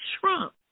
trump